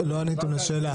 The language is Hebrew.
זו היתה הכוונה.